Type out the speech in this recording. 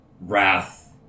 wrath